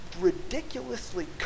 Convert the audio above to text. ridiculously